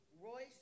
Royce